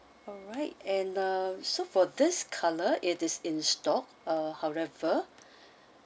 alright and uh so for this colour it is in store uh however